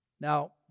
Now